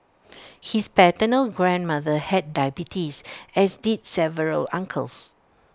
his paternal grandmother had diabetes as did several uncles